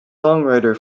songwriter